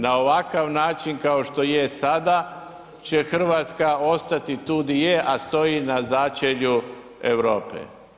Na ovakav način kao što je sada će Hrvatska ostati tu di je, a stoji na začelju Europe.